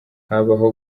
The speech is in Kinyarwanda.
habaho